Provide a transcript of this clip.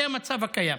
זה המצב הקיים.